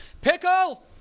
Pickle